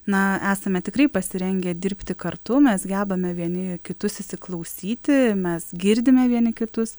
na esame tikrai pasirengę dirbti kartu mes gebame vieni kitus įsiklausyti mes girdime vieni kitus